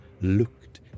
looked